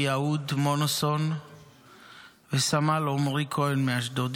מיהוד-מונוסון וסמל עמרי כהן מאשדוד.